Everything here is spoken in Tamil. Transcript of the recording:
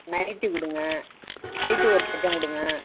நைட்டி கொடுங்க நைட்டி ஒரு டஜன் கொடுங்க